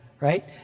right